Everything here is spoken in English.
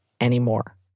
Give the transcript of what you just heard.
anymore